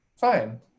fine